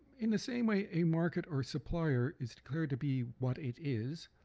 in the same way a market or supplier is declared to be what it is